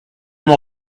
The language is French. m’en